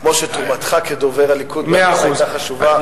כמו שתרומתך כדובר הליכוד בטח היתה חשובה.